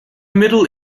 middle